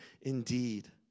indeed